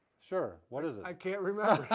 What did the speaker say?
sure what is it? i can't remember